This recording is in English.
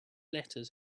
letters